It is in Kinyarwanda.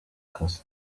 kazi